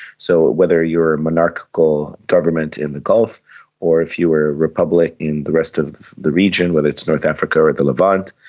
so whether you were a monarchical government in the gulf or if you were a republic in the rest of the region, whether it's north africa or the levant,